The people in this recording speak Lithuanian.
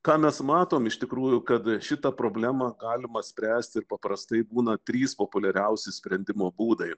ką mes matom iš tikrųjų kad šitą problemą galima spręsti ir paprastai būna trys populiariausi sprendimo būdai